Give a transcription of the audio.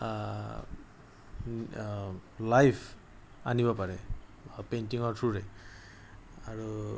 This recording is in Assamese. লাইফ আনিব পাৰে পেইণ্টিংৰ থোৰে আৰু